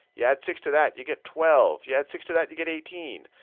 you add six to that, you get twelve. you add six to that, you get eighteen.